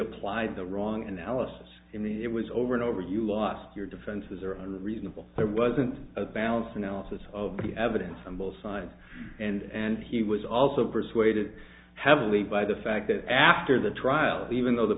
applied the wrong analysis in the it was over and over you lost your defenses are all reasonable there wasn't a balance analysis of the evidence on both sides and he was also persuaded heavily by the fact that after the trial even though the